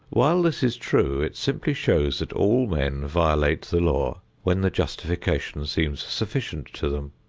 while this is true, it simply shows that all men violate the law when the justification seems sufficient to them.